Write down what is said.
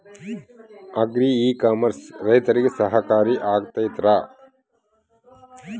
Agri e commerce ರೈತರಿಗೆ ಸಹಕಾರಿ ಆಗ್ತೈತಾ?